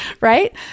right